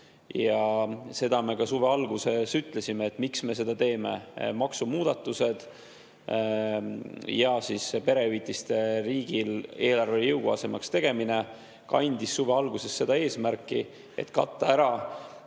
Ja seda me ka ütlesime, miks me seda teeme. Maksumuudatused ja perehüvitiste riigieelarvele jõukohasemaks tegemine kandsid suve alguses seda eesmärki, et katta ära